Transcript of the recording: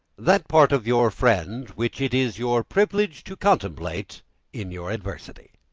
that part of your friend which it is your privilege to contemplate in your adversity.